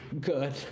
good